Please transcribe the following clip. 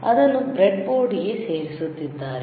ಅದನ್ನು bread board ಗೆ ಸೇರಿಸುತ್ತಿದ್ದಾರೆ